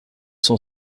cent